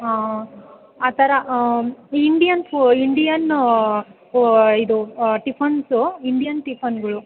ಹಾಂ ಆ ಥರ ಇಂಡಿಯನ್ ಫು ಇಂಡಿಯನು ಇದು ಟಿಫನ್ಸು ಇಂಡಿಯನ್ ಟಿಫನ್ಗಳು